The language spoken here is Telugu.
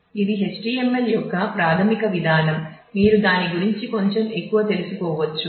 ఇది HTML యొక్క ప్రాథమిక విధానం మీరు దాని గురించి కొంచెం ఎక్కువ తెలుసుకోవచ్చు